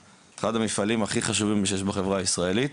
המפעלים הכי חשובים שיש בחברה הישראלית,